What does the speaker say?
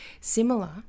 Similar